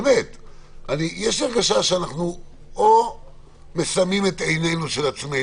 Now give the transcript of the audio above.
ויש לי הרגשה שאנחנו מסמאים את עינינו של עצמנו.